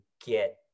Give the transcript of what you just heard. get